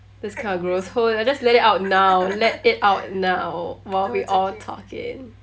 that's kind of gross hold on just let it out now let it out now while we're all talking